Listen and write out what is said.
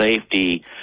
safety